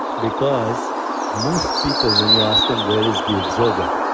because most people when you ask them where is the observer,